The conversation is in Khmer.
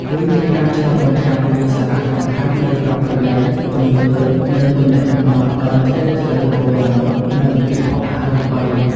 វាជាការឆ្លុះបញ្ចាំងពីសារៈសំខាន់នៃប្រពៃណី ជំនឿ និងទំនាក់ទំនងដ៏ជ្រាលជ្រៅរវាងមនុស្ស និងពិភពអរូបិយ។